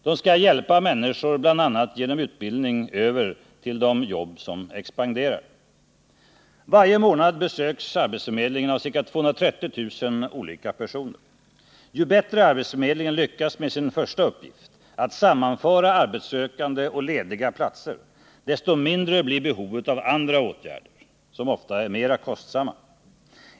De skall hjälpa människor, bl.a. genom utbildning, över till de jobb som expanderar. Varje månad besöks arbetsförmedlingen av ca 230 000 olika personer. Ju bättre arbetsförmedlingen lyckas med sin första uppgift, att sammanföra arbetssökande och lediga platser, desto mindre blir behovet av andra åtgärder, som ofta är mera kostsamma.